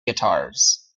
guitars